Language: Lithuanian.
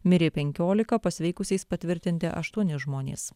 mirė penkiolika pasveikusiais patvirtinti aštuoni žmonės